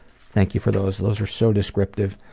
thank you for those, those are so descriptive.